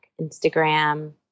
Instagram